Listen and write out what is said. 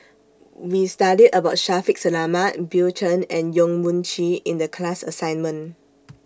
We studied about Shaffiq Selamat Bill Chen and Yong Mun Chee in The class assignment